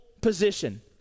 position